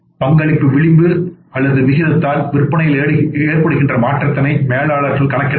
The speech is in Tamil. பங்களிப்பு விளிம்பு அல்லது விகிதத்தால் விற்பனையில் ஏற்படுகின்ற மாற்றத்தினை மேலாளர்கள் கணக்கிட முடியும்